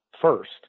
first